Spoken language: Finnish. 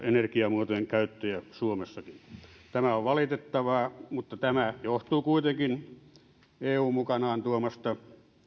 energiamuotojen käyttöä suomessakin tämä on valitettavaa mutta tämä johtuu kuitenkin eun mukanaan tuomasta